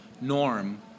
norm